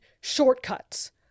shortcuts